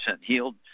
healed